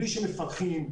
בלי שמפקחים,